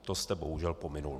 To jste, bohužel, pominul.